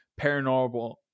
paranormal